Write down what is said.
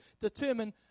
determine